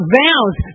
vows